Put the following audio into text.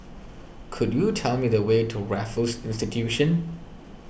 could you tell me the way to Raffles Institution